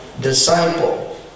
disciple